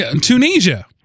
Tunisia